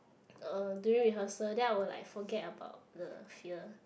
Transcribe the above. uh during rehearsal then I will like forget about the fear